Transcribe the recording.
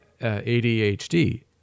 ADHD